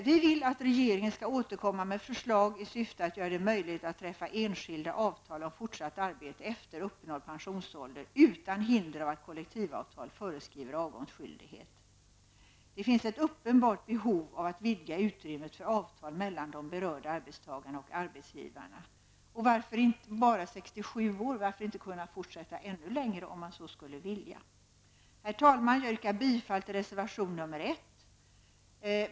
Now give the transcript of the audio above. Vi vill att regeringen skall återkomma med förslag i syfte att göra det möjligt att träffa enskilda avtal om fortsatt arbete efter uppnådd pensionsålder utan sådana hinder som att kollektivavtal föreskriver avgångsskyldighet. Det finns ett uppenbart behov av att vidga utrymmet för avtal mellan berörda arbetstagare och arbetsgivare. Och varför skulle det bara handla om 67 år? Varför får man inte fortsätta ännu längre om man så önskar? Herr talman! Jag yrkar bifall till reservation 1.